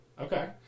Okay